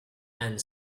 and